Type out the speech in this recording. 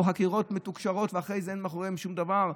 או חקירות מתוקשרות שאחרי זה אין מאחוריהן שום דבר.